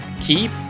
keep